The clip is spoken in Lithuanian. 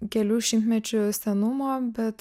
kelių šimtmečių senumo bet